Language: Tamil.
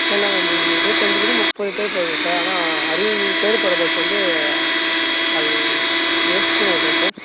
சார் நாங்கள் ஒரு இருபத்தஞ்சுல இருந்து முப்பது பேர் போவோம் சார் ஆனால் அறுபது பேர் போகற பஸ்ஸு வந்து அது வேஸ்ட்டுன்னு நினக்கிறேன் சார்